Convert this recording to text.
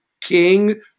king